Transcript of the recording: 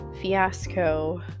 fiasco